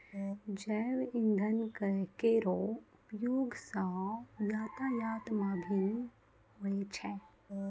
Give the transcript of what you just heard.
जैव इंधन केरो उपयोग सँ यातायात म भी होय छै